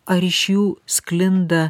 ar iš jų sklinda